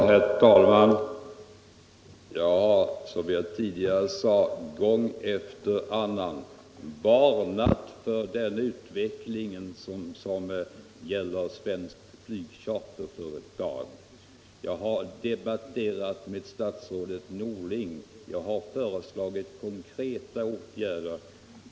Herr talman! Som jag tidigare sade har jag gång efter annan varnat för utvecklingen när det gäller svenskt charterflyg. Jag har debatterat frågan med statsrådet Norling, och jag har föreslagit konkreta åtgärder.